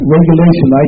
Regulation